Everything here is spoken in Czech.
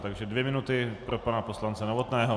Takže dvě minuty pro pana poslance Novotného.